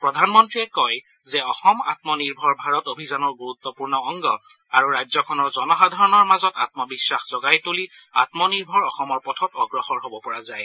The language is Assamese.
প্ৰধানমন্ত্ৰীয়ে কয় যে অসম আমনিৰ্ভৰ ভাৰত অভিযানৰ গুৰুত্বপূৰ্ণ অংগ আৰু ৰাজ্যখনৰ জনসাধাৰণৰ মাজত আম্মবিশ্বাস জগাই তুলি আমনিৰ্ভৰ অসমৰ পথত অগ্ৰসৰ হ'ব পৰা যায়